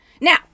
Now